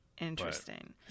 Interesting